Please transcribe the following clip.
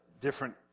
different